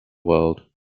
world